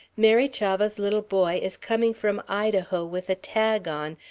mary chavah's little boy is coming from idaho with a tag on,